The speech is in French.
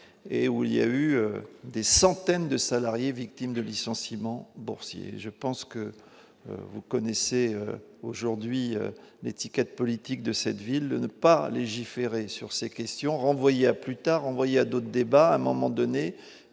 et où il y a eu des centaines de salariés victimes de licenciements boursiers, je pense que vous connaissez aujourd'hui l'étiquette politique de cette ville ne pas légiférer sur ces questions, renvoyé à plus tard y à d'autres débats, à un moment donné